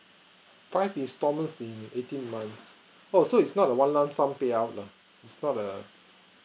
five installments in eighteen months oh so it's not a one lump sum payout lah it's not the